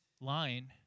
line